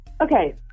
Okay